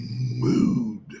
mood